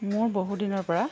মোৰ বহু দিনৰ পৰা